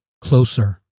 Closer